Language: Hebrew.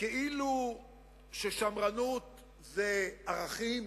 כאילו ששמרנות זה ערכים